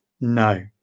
no